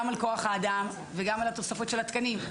גם על כוח האדם וגם על התוספות של התקנים.